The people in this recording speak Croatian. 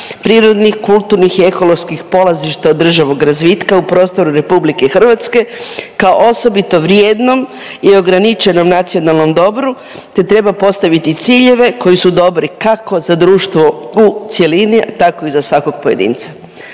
prirodnih, kulturnih i ekoloških polazišta održivog razvitka u prostoru RH kao osobito vrijednom i ograničenom nacionalnom dobru te treba postaviti ciljeve koji su dobri kako za društvo u cjelini tako i za svakog pojedinca.